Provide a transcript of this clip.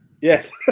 Yes